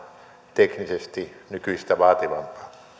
teknisesti nykyistä vaativampaa